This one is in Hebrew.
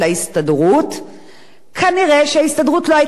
כנראה ההסתדרות לא היתה נכנסת לנעליים האלה,